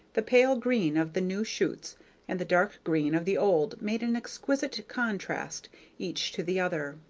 the pale green of the new shoots and the dark green of the old made an exquisite contrast each to the other.